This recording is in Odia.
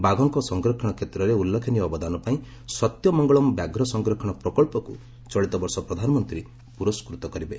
ବାଘଙ୍କ ସଂରକ୍ଷଣ କ୍ଷେତ୍ରରେ ଉଲ୍ଲେଖନୀୟ ଅବଦାନ ପାଇଁ ସତ୍ୟମଙ୍ଗଳମ୍ ବ୍ୟାଘ୍ର ସଂରକ୍ଷଣ ପ୍ରକଳ୍ପକ୍ ଚଳିତ ବର୍ଷ ପ୍ରଧାନମନ୍ତ୍ରୀ ପୁରସ୍କୃତ କରିବେ